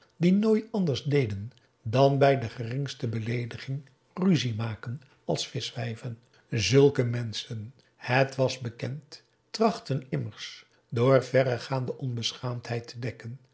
die nooit anders deden dan bij de geringste beleediging ruzie maken als vischwijven zulke menschen het was bekend trachtten immers door verregaande onbeschaamdheid te dekken